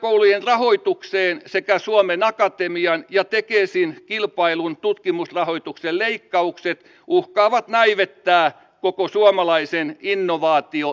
korkeakoulujen rahoitukseen sekä suomen akatemian ja tekesin kilpaillun tutkimusrahoituksen leikkaukset uhkaavat näivettää koko suomalaisen innovaatioekosysteemin